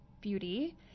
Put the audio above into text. beauty